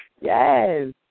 Yes